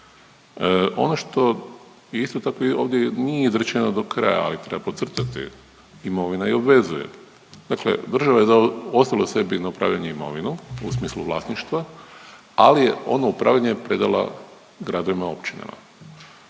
Ono što je isto tako, ovdje nije izrečeno do kraja, ali treba podcrtati, imovina i obvezuje. Dakle država je ostavila sebi na upravljanje imovinom u smislu vlasništva, ali je ono upravljanje predala gradovima i općinama.